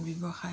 ব্যৱসায়